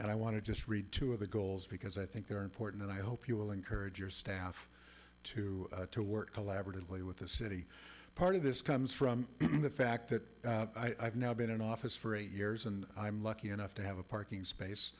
and i want to just read two of the goals because i think they're important and i hope you will encourage your staff to to work collaboratively with the city part of this comes from the fact that i've now been in office for eight years and i'm lucky enough to have a parking space